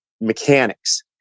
mechanics